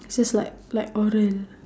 just like like oral like that